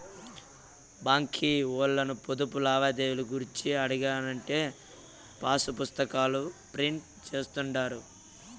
బాంకీ ఓల్లను పొదుపు లావాదేవీలు గూర్చి అడిగినానంటే పాసుపుస్తాకాల ప్రింట్ జేస్తుండారు